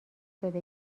بده